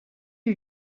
eut